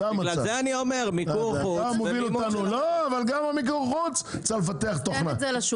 לכן אני אומר שיהיה מיקור חוץ במימון של חברות הביטוח.